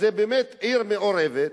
שהיא באמת עיר מעורבת,